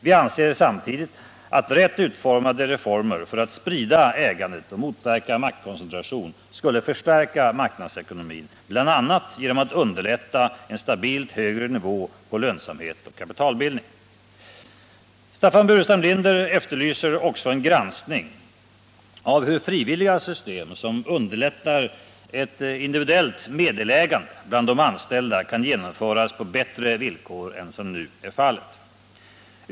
Vi anser samtidigt att rätt utformade reformer för att sprida ägandet och motverka maktkoncentration skulle förstärka marknadsekonomin, bl.a. genom att underlätta en stabilt högre nivå på lönsamhet och kapitalbildning. Staffan Burenstam Linder efterlyser också en granskning av hur frivilliga system, som underlättar ett individuellt meddelägande bland de anställda, kan genomföras på bättre villkor än som nu är fallet.